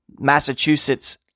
Massachusetts